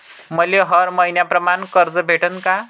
मले हर मईन्याप्रमाणं कर्ज भेटन का?